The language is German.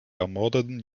ermordeten